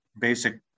basic